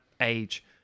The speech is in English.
age